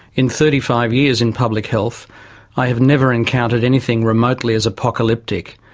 in thirty five years in public health i have never encountered anything remotely as apocalyptic.